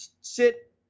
sit